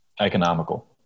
Economical